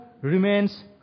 remains